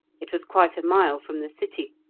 it was quite a mile from the city,